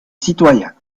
citoyens